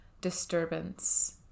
disturbance